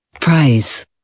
Price